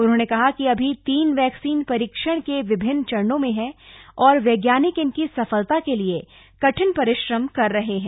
उन्होंने कहा कि अभी तीन वक्तसीन परीक्षण के विभिन्न चरणों में हैं और वज्ञानिक इनकी सफलता के लिए कठिन परिश्रम कर रहे हैं